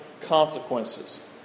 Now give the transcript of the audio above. consequences